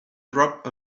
drop